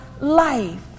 life